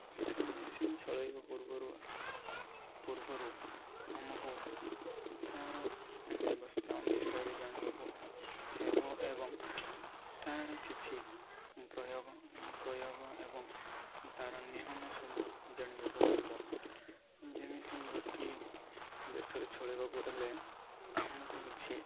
ସେ ମେସିନ୍ ଚଲାଇବା ପୂର୍ବରୁ ପୂର୍ବରୁ ଆମକୁ ତା'ର ବ୍ୟବସ୍ଥା ବିଷୟରେ ଜାଣିବାକୁ ହେବ ଏବଂ ତା'ର କିଛି ପ୍ରୟୋଗ ପ୍ରୟୋଗ ଏବଂ ତା'ର ନିୟମ ସବୁ ଜାଣିବାକୁ ହବ ଯେମିତି ଗୋଟି ଦେଶରେ ଚଲାଇବାକୁ ହେଲେ ଆମକୁ କିଛି